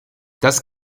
das